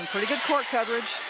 and pretty good court coverage.